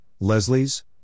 Leslie's